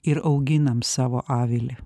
ir auginam savo avilį